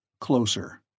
Closer